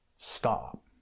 stop